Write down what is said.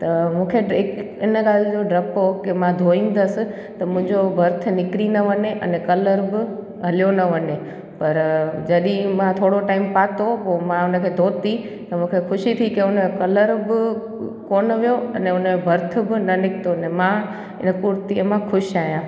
त मूंखे त हिक हिन ॻाल्हि जो डपु हुओ की मां धोईंंदसि त मुंहिंजो बर्थ निकरी न वञे अने कलर बि हलयो न वञे पर जॾहिं मां थोरो टाइम पातो पोइ मां हुनखे धोती त मूंखे ख़ुशी थी की हुनजो कलर बि कोन्ह हुयो अने हुनजो बर्थ बि न निकितो हुनमें मां हिन कुर्तीअ मां ख़ुशि आहियां